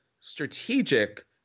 strategic